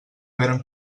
veren